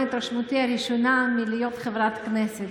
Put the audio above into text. מה התרשמותי הראשונה מלהיות חברת כנסת.